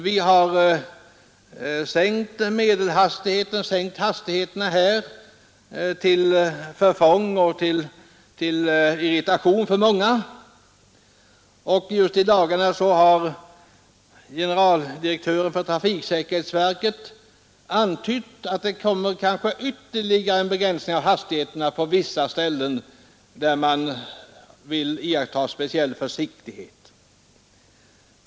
Jag tycker att det verkligen kan ifrågasättas om vi inte är litet ologiska då vi tillåter att hastighets SAS , i dagarna har generaldirektören för trafiksäkerhetsverket antytt att det vid biltävlingar kanske kommer ytterligare en begränsning av hastigheterna på vissa ställen där speciell försiktighet bör iakttas.